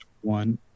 one